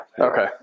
Okay